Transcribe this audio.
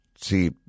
see